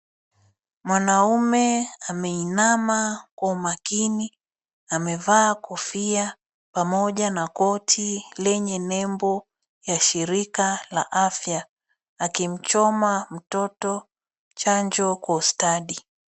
Mwanaume ameinama kwa umakini. Amevaa kofia pamoja na koti lenye nembo ya shirika la afya akimchoma mtoto chanjo kwa ustadi.